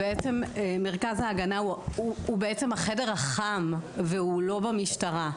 מרכז ההגנה הוא בעצם החדר החם והוא לא במשטרה.